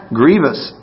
grievous